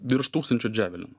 virš tūkstančio dževelinų